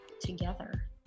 together